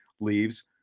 leaves